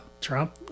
Trump